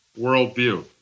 worldview